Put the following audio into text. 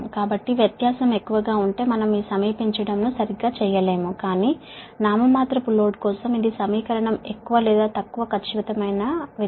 కాబట్టి వ్యత్యాసం ఎక్కువగా ఉంటే మనం ఈ సమీపించడం ను సరిగ్గా చేయలేము కాని నామినల్ లోడ్ కోసం ఇది సమీకరణం ఎక్కువ లేదా తక్కువ సరైనది గా ఉంటుంది